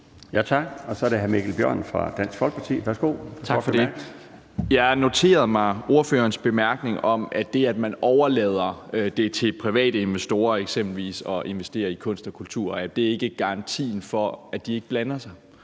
Jeg noterede mig ordførerens bemærkning om, at det, at man overlader til private investorer eksempelvis at investere i kunst og kultur, ikke er garantien for, at de ikke blander sig,